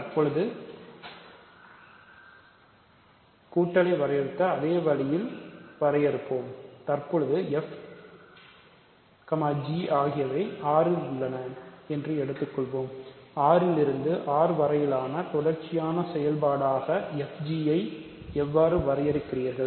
தற்பொழுது f gஆகியவை R இல் உள்ளன என்று எடுத்துக்கொள்வோம் R இலிருந்து R வரையிலான தொடர்ச்சியான செயல்பாடாக fg ஐ எவ்வாறு வரையறுக்கிறீர்கள்